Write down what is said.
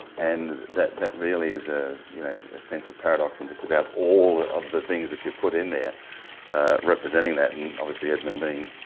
and that that really is a, you know a sense of paradox in just about all of the things that you've put in there representing that. and obviously edmund being,